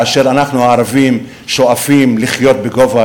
כאשר אנחנו הערבים שואפים לחיות בגובה